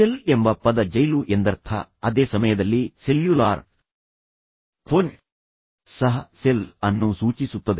cell ಎಂಬ ಪದ ಜೈಲು ಎಂದರ್ಥ ಅದೇ ಸಮಯದಲ್ಲಿ ಸೆಲ್ಯುಲಾರ್ ಫೋನ್ ಸಹ ಸೆಲ್ ಅನ್ನು ಸೂಚಿಸುತ್ತದೆ